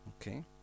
Okay